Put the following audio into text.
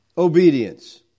obedience